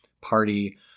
Party